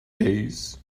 days